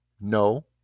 No